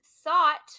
thought